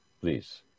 Please